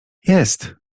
jest